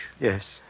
Yes